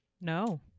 No